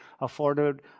afforded